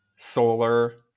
solar